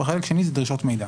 וחלק שני זה דרישות מידע.